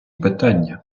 питання